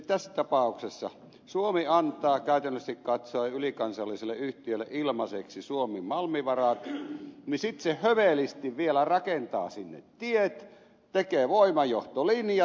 tässä tapauksessa suomi antaa käytännöllisesti katsoen ylikansalliselle yhtiölle ilmaiseksi suomen malmivarat sitten se hövelisti vielä rakentaa sinne tiet tekee voimajohtolinjat